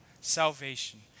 salvation